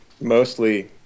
mostly